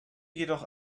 jedoch